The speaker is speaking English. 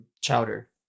chowder